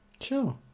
Sure